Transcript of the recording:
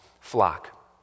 flock